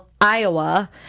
Iowa